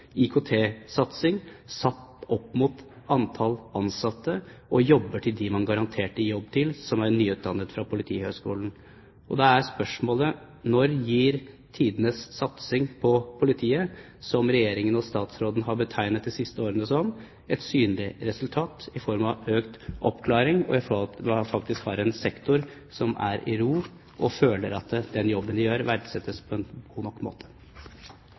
IKT-satsing satt opp mot antall ansatte og jobber til dem man har garantert jobb til, som er nyutdannet fra Politihøgskolen. Da er spørsmålet: Når gir «tidenes satsing på politiet», som Regjeringen og statsråden har betegnet de siste årene som, et synlig resultat i form av økt oppklaring og faktisk å være en sektor som er i ro, der man føler at den jobben man gjør, verdsettes på en god nok måte?